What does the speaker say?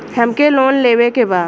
हमके लोन लेवे के बा?